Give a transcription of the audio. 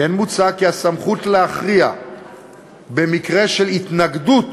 וכן מוצע כי הסמכות להכריע במקרה של התנגדות,